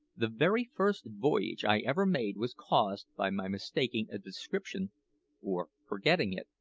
the very first voyage i ever made was caused by my mistaking a description or forgetting it,